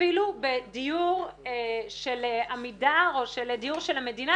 אפילו בדיור של עמידר או של דיור של המדינה,